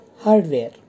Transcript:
hardware